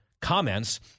comments